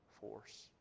force